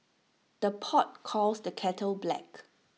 the pot calls the kettle black